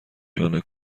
شانه